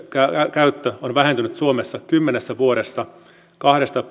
käyttö on vähentynyt suomessa kymmenessä vuodessa kahdesta